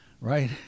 right